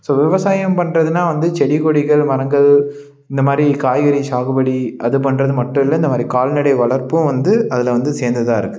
so விவசாயம் பண்றதுனால் வந்து செடி கொடிகள் மரங்கள் இந்தமாதிரி காய்கறி சாகுபடி அது பண்றது மட்டும் இல்லை இந்தமாதிரி கால்நடை வளர்ப்பும் வந்து அதில் வந்து சேர்ந்ததாருக்கு